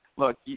Look